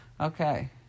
Okay